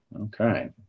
Okay